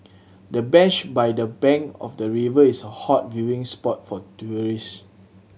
the bench by the bank of the river is a hot viewing spot for tourist